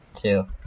two